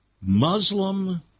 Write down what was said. Muslim